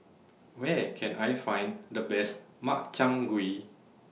Where Can I Find The Best Makchang Gui